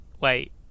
wait